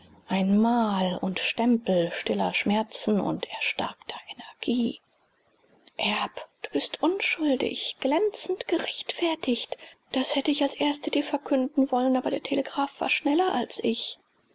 ein mal und stempel stiller schmerzen und erstarkter energie erb du bist unschuldig glänzend gerechtfertigt das hätte ich als erste dir verkünden wollen aber der telegraph war schneller als ich